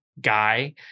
guy